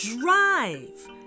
Drive